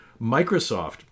Microsoft